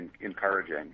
encouraging